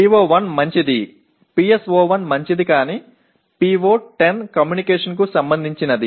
PO1 நன்றாக உள்ளது PSO1 நன்றாக உள்ளது ஆனால் PO10 தொடர்பு தொடர்பானது